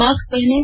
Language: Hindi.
मास्क पहनें